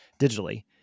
digitally